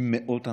עם מאות אנשים,